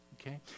okay